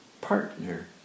partner